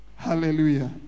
Hallelujah